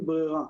אין ברירה.